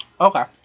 Okay